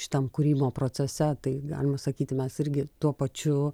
šitam kūrimo procese tai galim sakyti mes irgi tuo pačiu